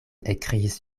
ekkriis